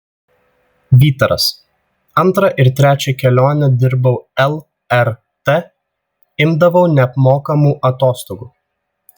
vytaras antrą ir trečią kelionę dirbau lrt imdavau neapmokamų atostogų